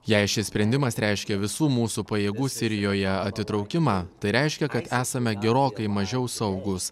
jei šis sprendimas reiškia visų mūsų pajėgų sirijoje atitraukimą tai reiškia kad esame gerokai mažiau saugūs